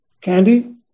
Candy